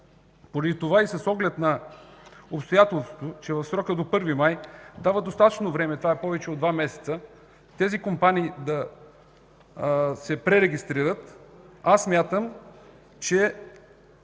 Поради това и с оглед на обстоятелството, че срокът до 1 май дава достатъчно време – това е повече от два месеца, тези компании да се пререгистрират, смятам, че